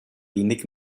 wenig